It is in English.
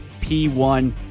p1